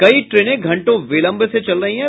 कई ट्रेने घंटों विलंब से चल रही हैं